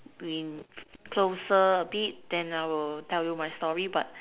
we closer a bit then I will tell you my story but